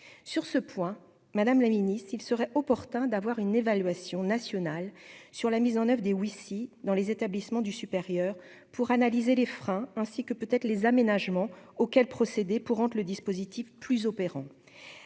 sur ce point madame la Ministre, il serait opportun d'avoir une évaluation nationale sur la mise en oeuvre dès ou ici dans les établissements du supérieur pour analyser les freins ainsi que peut-être les aménagements auxquels procéder pour rentre le dispositif plus opérant,